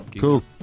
Cool